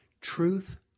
truth